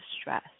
stress